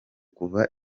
kuva